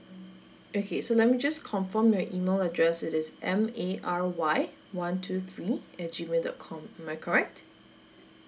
okay so let me just confirm your email address it is M A R Y one two three at G mail dot com am I correct